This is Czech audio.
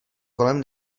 kolem